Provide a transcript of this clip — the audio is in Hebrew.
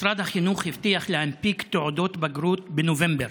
משרד החינוך הבטיח להנפיק תעודות בגרות בנובמבר,